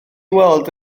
weld